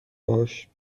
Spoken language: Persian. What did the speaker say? باهاش